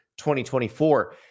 2024